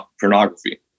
pornography